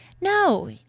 No